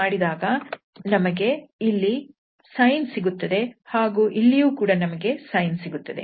integrate ಮಾಡಿದಾಗ ಇಲ್ಲಿ ನಮಗೆ sin ಸಿಗುತ್ತದೆ ಹಾಗೂ ಇಲ್ಲಿಯೂ ಕೂಡ ನಮಗೆ sin ಸಿಗುತ್ತದೆ